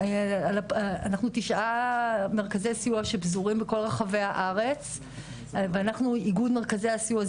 אנחנו תשעה מרכזי סיוע שפזורים בכל רחבי הארץ ואנחנו איגוד מרכזי הסיוע,